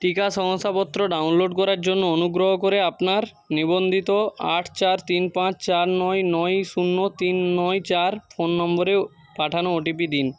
টিকা শংসাপত্র ডাউনলোড করার জন্য অনুগ্রহ করে আপনার নিবন্ধিত আট চার তিন পাঁচ চার নয় নয় শূন্য তিন নয় চার ফোন নম্বরেও পাঠানো ওটিপি দিন